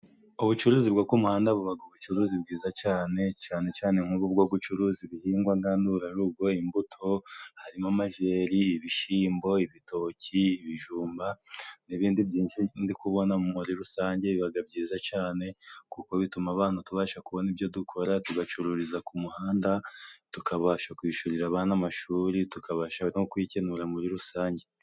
Ubucuruzi bwo ku muhanda bubaga ubucuruzi bwiza cane, cane cane nk'ubu bwo gucuruza ibihingwa ngandurarugo imbuto harimo amajeri, ibishimbo, ibitoki, ibijumba n'ibindi byinshi ndi kubona muri rusange bibaga byiza cane kuko bituma abantu tubasha kubona ibyo dukora tugacururiza ku muhanda tukabasha kwishurira abana amashuri tukabasha no kwikenu muri rusange.